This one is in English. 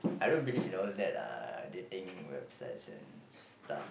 I don't believe in all that uh dating websites and stuff